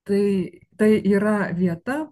tai tai yra vieta